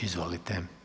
Izvolite.